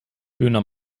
döner